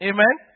Amen